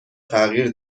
تغییر